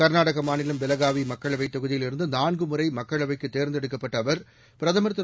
கர்நாடக மாநிலம் பெலகாவி மக்களவை தொகுதியிலிருந்து நான்குமுறை மக்களவைக்கு தேர்ந்தெடுக்கப்பட்ட அவர் பிரதமர் திரு